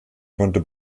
konnte